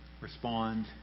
Respond